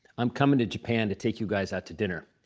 i'm coming to japan to take you guys out to dinner.